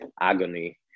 agony